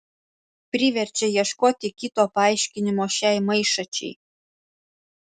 priverčia ieškoti kito paaiškinimo šiai maišačiai